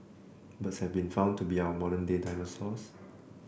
birds have been found to be our modern day dinosaurs